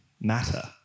matter